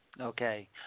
Okay